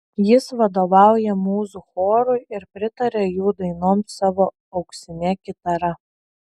jis vadovauja mūzų chorui ir pritaria jų dainoms savo auksine kitara